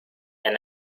and